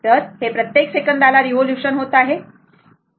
तर हे प्रत्येक सेकंदाला रिवोल्यूशन होत आहे बरोबर